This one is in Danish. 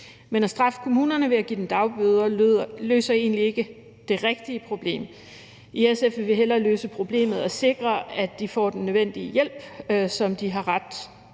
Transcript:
Men at straffe kommunerne ved at give dem dagbøder løser egentlig ikke det rigtige problem. I SF vil vi hellere løse problemet ved at sikre, at de får den nødvendige hjælp, som de har ret